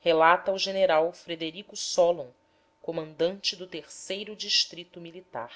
relata o general frederico solon comandante do o distrito militar